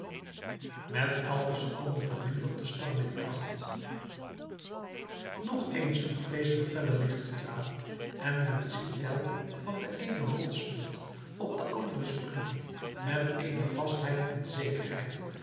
met elke seconde vermindert de storm in kracht nog eens een vreeselijk felle lichtstraal en men ziet tell van de eene rotspunt op de andere springen met eene vastheid en zekerheid